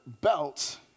belt